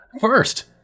First